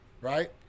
Right